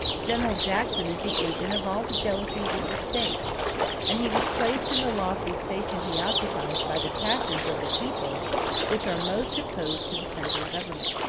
general jackson is the agent of all the jealousies of the states and he was placed in the lofty station he occupies by the passions of the people which are most opposed to the central government.